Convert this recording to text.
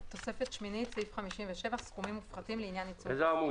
תוספת שמינית (סעיף 57) סכומים מופחתים לעניין עיצום